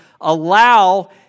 allow